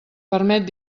permet